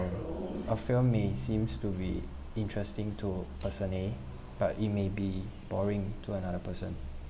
a film may seems to be interesting to person A but it may be boring to another person